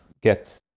get